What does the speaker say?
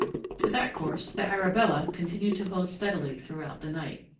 to that course the arabella continued to hold steadily throughout the night.